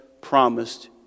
promised